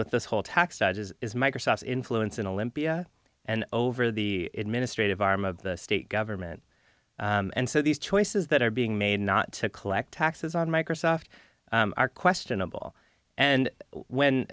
with this whole tax dodges is microsoft's influence in olympia and over the administrative arm of the state government and so these choices that are being made not to collect taxes on microsoft are questionable and